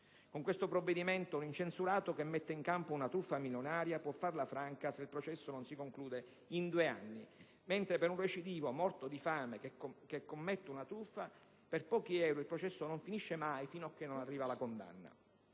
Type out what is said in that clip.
Con questo provvedimento, un incensurato che mette in campo una truffa milionaria può farla franca se il processo non si conclude in due anni, mentre per un recidivo, morto di fame, che commette una truffa per pochi euro il processo non finisce mai fino a che non arriva la condanna.